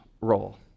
role